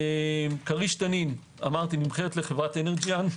כריש תנין נמכרת לחברת אנרג'יאן.